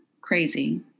crazy